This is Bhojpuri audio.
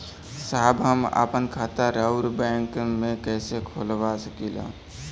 साहब हम आपन खाता राउर बैंक में कैसे खोलवा सकीला?